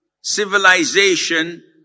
civilization